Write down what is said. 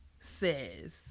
says